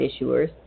issuers